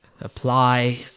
apply